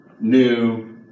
new